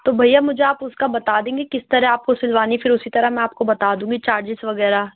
تو بھیا مجھے آپ اُس کا بتا دیں گے کس طرح آپ کو سلوانی پھر اُسی طرح میں آپ کو بتا دوں گی چارجیز وغیرہ